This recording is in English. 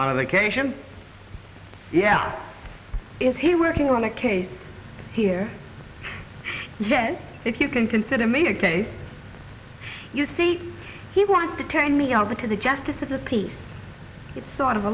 on a vacation yeah is he working on a case here yet if you can consider me a day you see he wants to turn me over to the justices of p it's sort of a